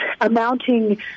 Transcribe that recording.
amounting